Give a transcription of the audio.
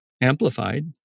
amplified